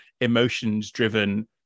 emotions-driven